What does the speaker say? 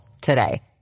today